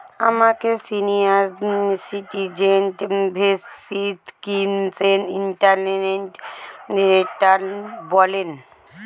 আমাকে senior citizen savings স্কিমের interest রেটটা বলবেন